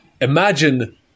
imagine